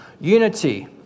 unity